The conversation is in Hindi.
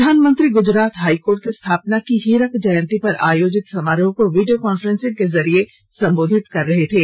प्रधानमंत्री गुजरात हाईकोर्ट के स्थापना की हीरक जयंती पर आयोजित समारोह को वीडियो कॉन्फ्रेंसिंग के जरिए संबोधित कर रहे थे